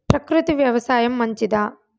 ప్రకృతి వ్యవసాయం మంచిదా?